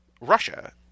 Russia